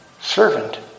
servant